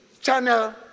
channel